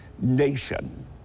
nation